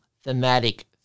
thematic